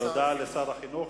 תודה לשר החינוך.